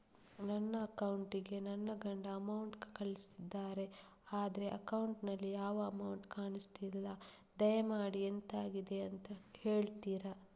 ನನ್ನ ಅಕೌಂಟ್ ಗೆ ನನ್ನ ಗಂಡ ಅಮೌಂಟ್ ಕಳ್ಸಿದ್ದಾರೆ ಆದ್ರೆ ಅಕೌಂಟ್ ನಲ್ಲಿ ಯಾವ ಅಮೌಂಟ್ ಕಾಣಿಸ್ತಿಲ್ಲ ದಯಮಾಡಿ ಎಂತಾಗಿದೆ ಅಂತ ಹೇಳ್ತೀರಾ?